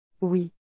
Oui